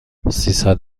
سیصد